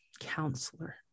Counselor